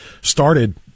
started